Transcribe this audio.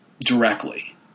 directly